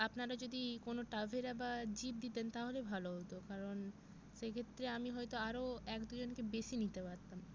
আপনারা যদি কোনও ট্রাভেরা বা জিপ দিতেন তাহলে ভালো হতো কারণ সেই ক্ষেত্রে আমি হয়তো আরও এক দু জনকে বেশি নিতে পারতাম